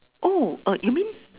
oh err you mean